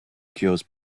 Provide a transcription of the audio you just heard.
cures